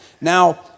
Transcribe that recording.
Now